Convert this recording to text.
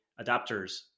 adapters